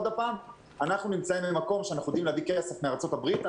אנחנו יודעים להביא כסף מארצות הברית,